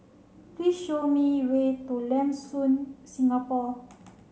please show me way to Lam Soon Singapore